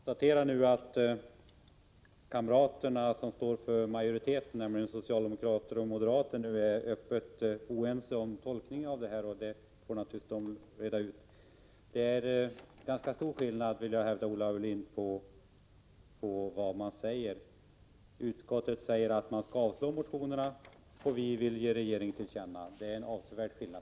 Herr talman! Jag konstaterar att kamraterna i majoriteten, nämligen socialdemokrater och moderater, nu är öppet oense om tolkningen, och det får de naturligtvis reda ut själva. Det är ganska stor skillnad, vill jag hävda, Olle Aulin, på våra yrkanden. Utskottet avstyrker motionerna, och vi vill ge regeringen vår mening till känna. Det är en avsevärd skillnad.